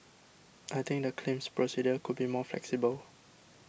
I think the claims procedure could be more flexible